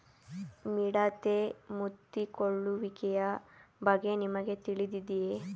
ಮಿಡತೆ ಮುತ್ತಿಕೊಳ್ಳುವಿಕೆಯ ಬಗ್ಗೆ ನಿಮಗೆ ತಿಳಿದಿದೆಯೇ?